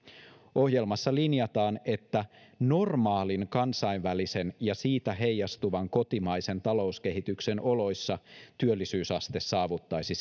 ohjelmassa linjataan että normaalin kansainvälisen ja siitä heijastuvan kotimaisen talouskehityksen oloissa työllisyysaste saavuttaisi